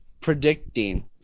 predicting